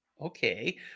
Okay